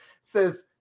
says